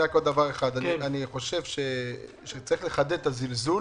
עוד דבר אחד: אני חושב שצריך לחדד את הזלזול.